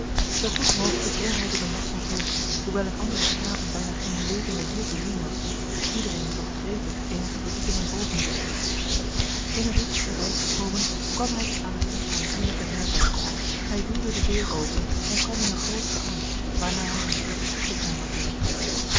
zoo goed mogelijk drong hij door de massa volks hoewel in andere straten bijna geene levende ziel te zien was iedereen zocht gretig eenige verdiepingen boven zich in eene rustige wijk gekomen kwam hij aan eene onaanzienlijke herberg hij duwde de deur open en kwam in een grooten gang waarna hij eene soort